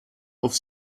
auf